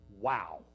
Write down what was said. Wow